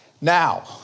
Now